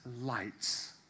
lights